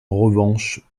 revanche